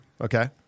Okay